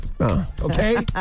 Okay